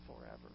forever